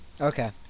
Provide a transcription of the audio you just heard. Okay